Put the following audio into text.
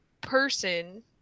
person